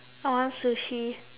I want sushi